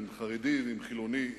עם חרדי ועם חילוני,